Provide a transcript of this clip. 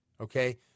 okay